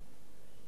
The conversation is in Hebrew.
החיפוש